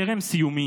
טרם סיום,